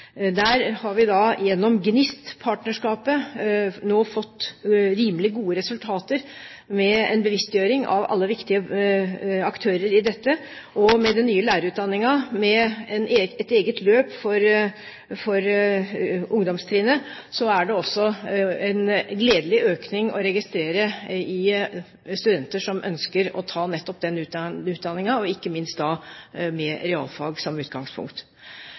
Vi har gjennom GNIST-partnerskapet nå fått rimelig gode resultater med en bevisstgjøring av alle viktige aktører i dette. Med den nye lærerutdanningen, med et eget løp for ungdomstrinnet, er det også gledelig å registrere en økning av studenter som ønsker å ta nettopp denne utdanningen, ikke minst med realfag som utgangspunkt.